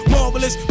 Marvelous